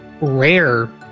rare